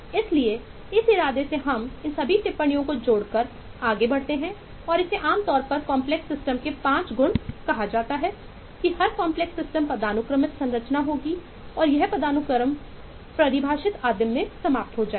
इसलिए इस इरादे से हम इन सभी टिप्पणियों को जोड़कर आगे बढ़ते हैं और इसे आम तौर पर कॉम्प्लेक्स सिस्टम पदानुक्रमित संरचना होगी और यह पदानुक्रम परिभाषित आदिम में समाप्त हो जाएगा